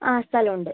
ആ സ്ഥലമുണ്ട്